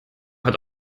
hat